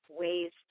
ways